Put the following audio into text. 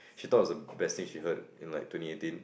she thought it was the best thing she heard in like twenty eighteen